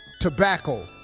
Tobacco